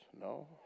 No